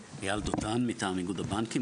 מטעם איגוד הבנקים.